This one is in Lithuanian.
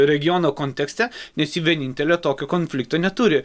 regiono kontekste nes ji vienintelė tokio konflikto neturi